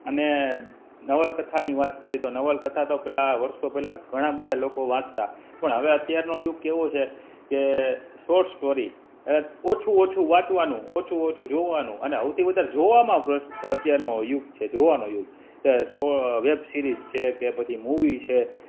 અને નવલકથાની વાત કરીએ તો નવલકથા તો પહેલાં વર્ષો પહેલાં ઘણાં બધા લોકો વાંચતાં પણ હવે અત્યારનો યુગ કેવો છે કે શોર્ટ સ્ટોરી ઓછું ઓછું વાંચવાનું ઓછું ઓછું જોવાનું અને સૌથી વધારે જોવામાં અત્યારનો યુગ છે જોવાનો યુગ વેબસીરિઝ છે કે પછી મૂવી છે